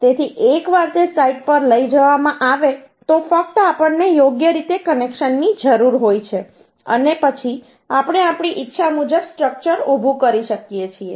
તેથી એકવાર તે સાઇટ પર લઈ જવામાં આવે તો ફક્ત આપણને યોગ્ય રીતે કનેક્શનની જરૂર હોય છે અને પછી આપણે આપણી ઈચ્છા મુજબ સ્ટ્રક્ચર ઊભું કરી શકીએ છીએ